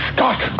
Scott